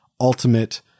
ultimate